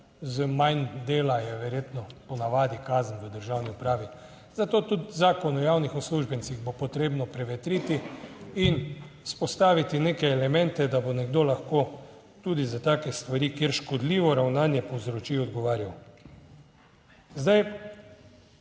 manj dela je verjetno po navadi kazen v državni upravi. Zato tudi Zakon o javnih uslužbencih bo potrebno prevetriti in vzpostaviti neke elemente, da bo nekdo lahko tudi za take stvari, kjer škodljivo ravnanje povzroči, odgovarjal.